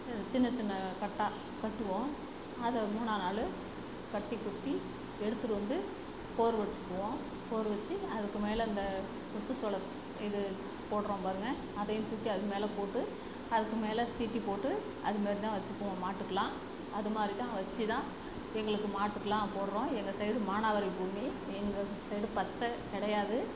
சின்னச் சின்ன கட்டாக கட்டுவோம் அதை மூணாம் நாள் கட்டித் தூக்கி எடுத்துட்டு வந்து போர் வச்சிக்குவோம் போர் வச்சு அதுக்கு மேலே இந்த முத்து சோளத் இது போடுறோம் பாருங்கள் அதையும் தூக்கி அது மேலே போட்டு அதுக்கு மேலே சீட்டு போட்டு அது மாரி தான் வச்சிக்குவோம் மாட்டுக்குலாம் அது மாதிரி தான் வச்சு தான் எங்களுக்கு மாட்டுக்கெலாம் போடுறோம் எங்கள் சைடு மானாவாரி பூமி எங்கள் சைடு பச்சை கிடையாது